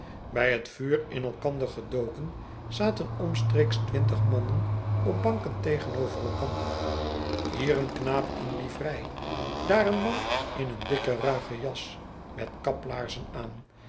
bij het vuur in elkander gedoken zaten omstreeks twintig mannen op banken tegenover elkander hier een knaap in liverei daar een man in een dikken ruigen jas met kaplaarzen aan